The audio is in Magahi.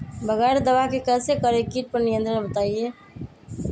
बगैर दवा के कैसे करें कीट पर नियंत्रण बताइए?